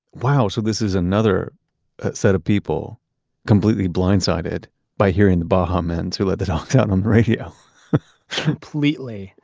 wow. so this is another set of people completely blindsided by hearing the baha men's who let the dogs out on the radio completely.